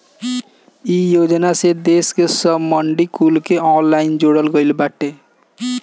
इ योजना से देस के सब मंडी कुल के ऑनलाइन जोड़ल गईल बाटे